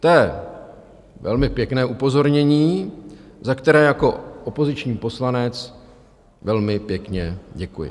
To je velmi pěkné upozornění, za které jako opoziční poslanec velmi pěkně děkuji.